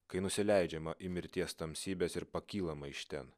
kai nusileidžiama į mirties tamsybes ir pakylama iš ten